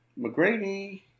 McGrady